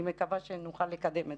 אני מקווה שנוכל לקדם את זה.